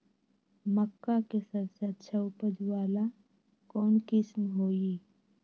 मक्का के सबसे अच्छा उपज वाला कौन किस्म होई?